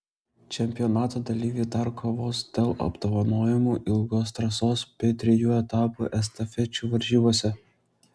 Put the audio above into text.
čempionato dalyviai dar kovos dėl apdovanojimų ilgos trasos bei trijų etapų estafečių varžybose